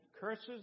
curses